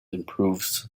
improves